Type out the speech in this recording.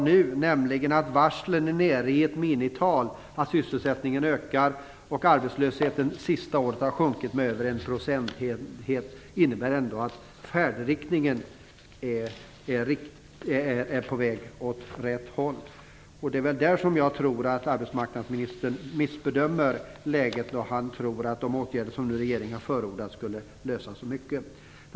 Nu är varslen nere på en miniminivå, sysselsättningen ökar och arbetslösheten har under det senaste året sjunkit med över en procentenhet, och detta innebär att färdriktningen börjar bli den rätta. Jag tror att arbetsmarknadsministern missbedömer läget när han tror att de åtgärder som regeringen nu förordar skulle lösa så många problem.